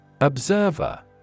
Observer